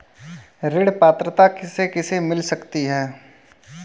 ऋण पात्रता किसे किसे मिल सकती है?